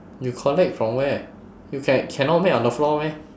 you collect from where you can~ cannot make on the floor meh